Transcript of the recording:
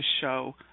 show